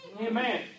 Amen